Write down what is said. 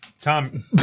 Tom